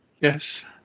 Yes